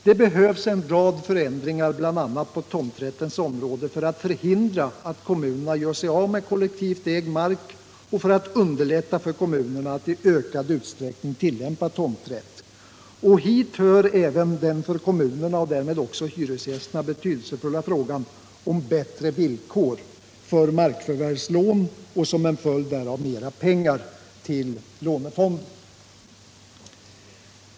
Det behövs en rad förändringar, bl.a. på tomträttens område, för att förhindra att kommunerna gör sig av med kollektivt ägd mark och för att underlätta för kommunerna att i ökad utsträckning tillämpa tomträtt. Hit hör även den för kommunerna och därmed också hyresgästerna betydelsefulla frågan om bättre villkor för markförvärvslån och som en följd därav mera pengar till lånefonden.